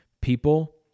People